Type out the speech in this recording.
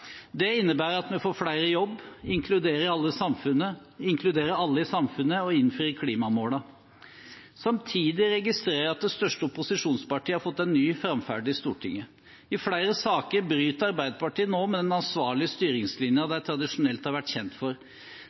Det innebærer at vi får flere i jobb, inkluderer alle i samfunnet og innfrir klimamålene. Samtidig registrerer jeg at det største opposisjonspartiet har fått en ny framferd i Stortinget. I flere saker bryter Arbeiderpartiet nå med den ansvarlige styringslinjen de tradisjonelt har vært kjent for.